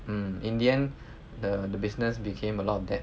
mm in the end the business became a lot of debt